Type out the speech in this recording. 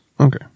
Okay